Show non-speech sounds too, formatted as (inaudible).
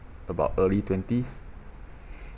about early twenties (breath)